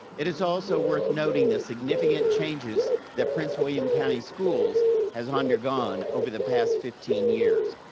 it is also worth noting the significant changes that prince william county schools has undergone over the past fifteen years.